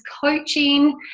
coaching